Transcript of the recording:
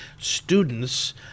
students